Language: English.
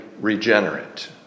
regenerate